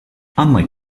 unlike